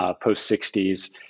post-60s